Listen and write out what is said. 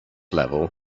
level